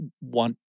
want